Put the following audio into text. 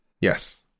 Yes